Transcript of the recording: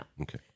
Okay